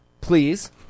please